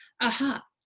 Aha